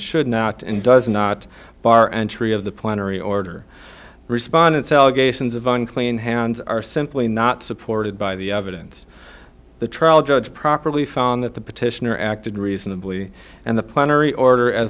should not and does not bar entry of the plenary order respondents allegations of unclean hands are simply not supported by the evidence the trial judge properly found that the petitioner acted reasonably and the